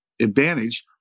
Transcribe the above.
advantage